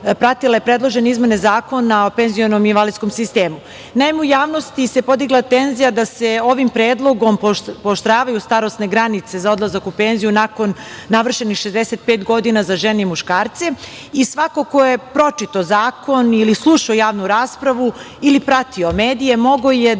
pratila je predložene izmene Zakona o penzionom i invalidskom sistemu. Naime, u javnosti se podigla tenzija da se ovim predlogom pooštravaju starosne granice za odlazak u penziju nakon navršenih 65 godina za žene i muškarce. Svako ko je pročitao zakon, slušao javnu raspravu ili pratio medije mogao je da